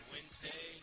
Wednesday –